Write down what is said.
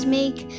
make